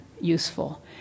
useful